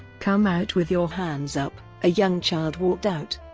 come out with your hands up! a young child walked out,